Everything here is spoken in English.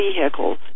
vehicles